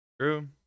True